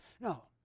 No